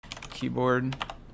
keyboard